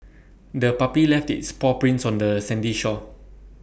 the puppy left its paw prints on the sandy shore